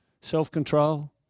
self-control